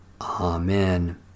Amen